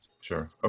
Sure